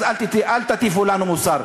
אז אל תטיפו לנו מוסר.